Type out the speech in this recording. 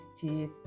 teeth